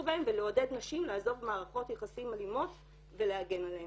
בהם ולעודד נשים לעזוב מערכות יחסים אלימות ולהגן עליהן.